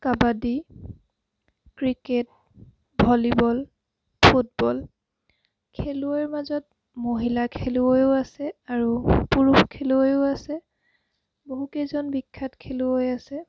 kabaddi cricket volleyball football খেলুৱৈৰ মাজত মহিলা খেলুৱৈয়ো আছে আৰু পুৰুষ খেলুৱৈয়ো আছে বহুকেইজন বিখ্যাত খেলুৱৈ আছে